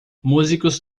músicos